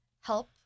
help